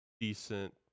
decent